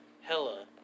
hella